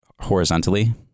horizontally